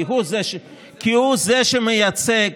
כי הוא זה שמייצג,